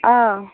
অঁ